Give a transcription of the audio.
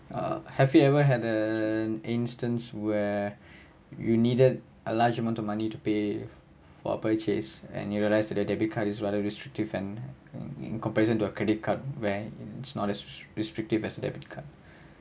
err have you ever had an instance where you needed a large amount of money to pay for a purchase and you realize your debit card is rather restrictive and in comparison to a credit card where it's not as restrictive as debit card